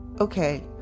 Okay